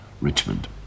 Richmond